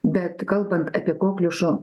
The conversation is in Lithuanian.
bet kalbant apie kokliušo